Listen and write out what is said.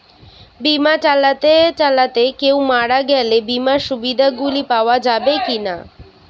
বিমা চালাতে চালাতে কেও মারা গেলে বিমার সুবিধা গুলি পাওয়া যাবে কি না?